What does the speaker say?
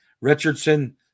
Richardson